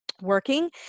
working